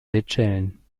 seychellen